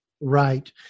Right